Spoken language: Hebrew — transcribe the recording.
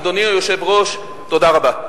אדוני היושב-ראש, תודה רבה.